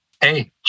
hey